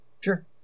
Sure